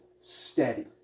steady